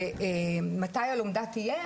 מתי הלומדה תהיה?